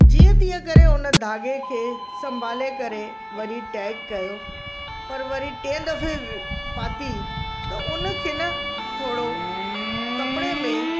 जीअं तीअं करे उन धाॻे खे संभाले करे वरी टैग कयो पर वरी टें दफ़े पाती त उनखे न थोरो कपिड़े में